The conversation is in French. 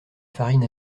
farine